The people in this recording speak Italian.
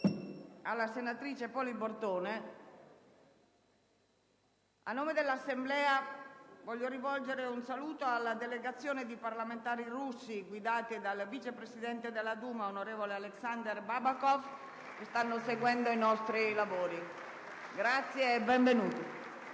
apre una nuova finestra"). A nome dell'Assemblea, rivolgo un saluto alla delegazione di parlamentari russi, guidata dal vice presidente della Duma, onorevole Alexander Babakov, che sta seguendo i nostri lavori. Benvenuti.